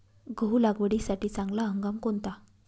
गहू लागवडीसाठी चांगला हंगाम कोणता?